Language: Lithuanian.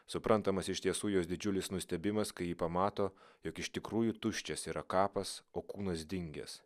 suprantamas iš tiesų jos didžiulis nustebimas kai ji pamato jog iš tikrųjų tuščias yra kapas o kūnas dingęs